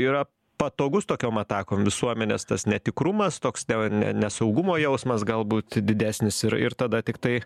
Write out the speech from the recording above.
yra patogus tokiom atakom visuomenės tas netikrumas toks ne nesaugumo jausmas galbūt didesnis ir ir tada tiktai